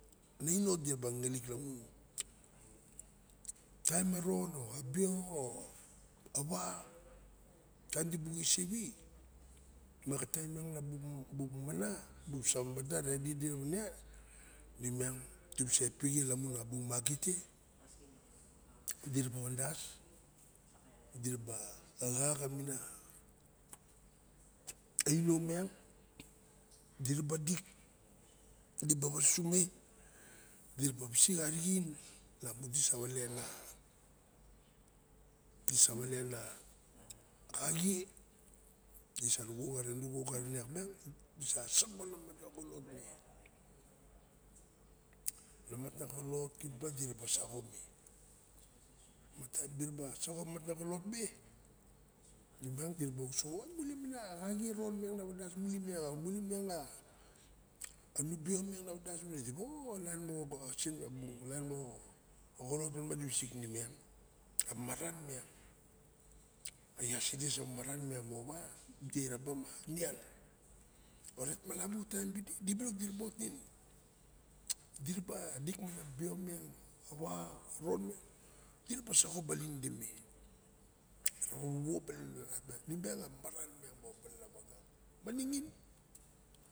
Ana inote diraba ngengelik lamun taim a ron o a bio o awa taim dibuk isewi maxa taim miang nabuk mana? Busa mada ide rawa enen iak dibusa stle lamun a bu magi te diraba wandas diraba xa xamana anio miang diraba dik diraba wansume diraba wisik arixin lamu disa wale na xaxie disa ruxo xaren disa saxo nangin ana mata xoxolotme. Na mata xoxolot krip ma diraba saxo one ma taim diraba saxo na xoxolotme nemiang diraba oso nawan mule mana xaxie ron miang na wandas mule miang o mule miang anu bio miang diraba opa o alain mo xoron ma diwisik a maran miang. A ias ide sa maran miang mo wa di eraba ma nian. Orait malamu taim pidi dibilok diraba otme diraba dikmana bio miang a wa a ron diraba saxo balin ide me rawa wuo balin nemian a mamaran miang moxa balana waga